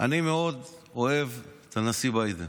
אני מאוד אוהב את הנשיא ביידן.